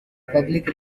public